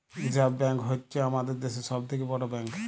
reserve bank হ্য়চ্ছ হামাদের দ্যাশের সব থেক্যে বড় ব্যাঙ্ক